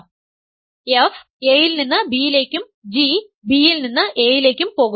അതിനാൽ f A യിൽ നിന്ന് B യിലേക്കും g B യിൽ നിന്ന് A യിലേക്കും പോകുന്നു